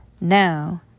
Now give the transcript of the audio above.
Now